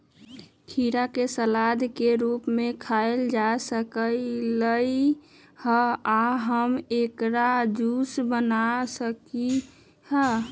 खीरा के सलाद के रूप में खायल जा सकलई ह आ हम एकर जूस बना सकली ह